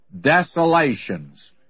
desolations